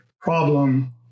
problem